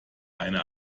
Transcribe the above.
eine